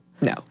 No